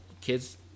kids